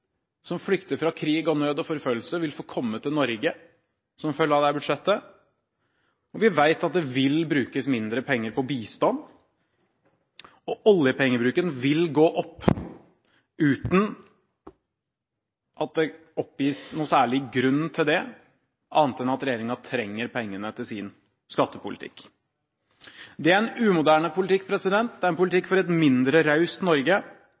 som flykter fra krig og nød og forfølgelse, vil få komme til Norge som følge av dette budsjettet. Vi vet at det vil brukes mindre penger på bistand, og oljepengebruken vil gå opp uten at det oppgis noen særlig grunn til det annet enn at regjeringen trenger pengene til sin skattepolitikk. Det er en umoderne politikk, det er en politikk for et mindre raust Norge,